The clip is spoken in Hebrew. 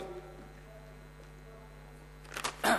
את הצעת חוק ביטוח בריאות ממלכתי (תיקון מס' 49)